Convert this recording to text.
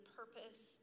purpose